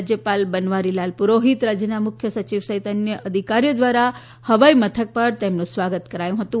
રાજયપાલ બનવારી લાલ પુરોહિત રાજયના મુખ્ય સચિવ સહિત અન્ય અધિકારીઓ ધ્વારા હવાઇ મથક પર તેમનું સ્વાગત કરાયું હતું